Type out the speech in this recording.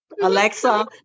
Alexa